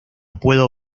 puedo